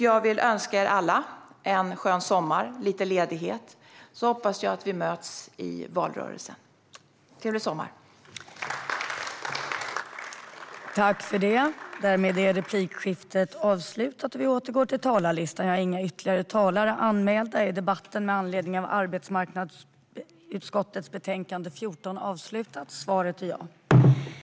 Jag vill önska er alla en skön sommar med lite ledighet och hoppas att vi möts i valrörelsen. Trevlig sommar!